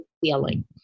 feeling